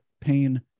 pain